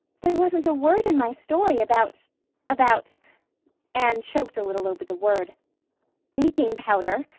there wasn't a word in my story about about anne choked a little over the word baking powder.